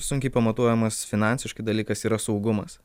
sunkiai pamatuojamas finansiškai dalykas yra saugumas